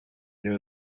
there